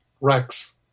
Rex